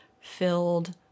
filled